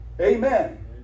Amen